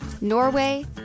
Norway